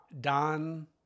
Don